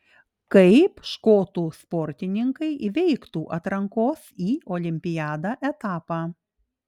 kaip škotų sportininkai įveiktų atrankos į olimpiadą etapą